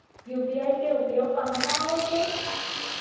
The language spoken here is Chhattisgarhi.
यू.पी.आई के उपयोग कहां कहा होथे?